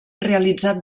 realitzat